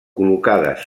col·locades